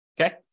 Okay